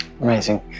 amazing